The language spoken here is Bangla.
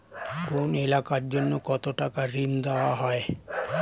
কোন এলাকার জন্য কত টাকা ঋণ দেয়া হয়?